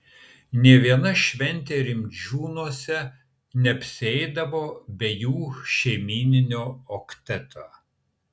nė viena šventė rimdžiūnuose neapsieidavo be jų šeimyninio okteto